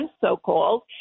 so-called